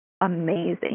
amazing